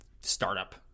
startup